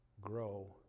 grow